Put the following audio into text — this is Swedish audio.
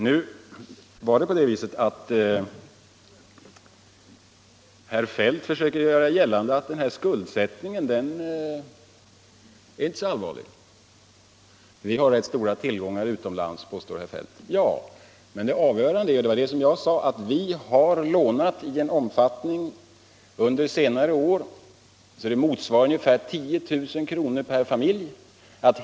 Herr Feldt försöker göra gällande att vår skuldsättning inte är så allvarlig. Vi har rätt stora tillgångar utomlands, påstår herr Feldt. Ja, men det avgörande är — det sade jag också — att vi under senare år har lånat i en omfattning som motsvarar ungefär 10 000 kr. per familj.